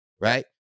right